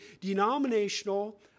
denominational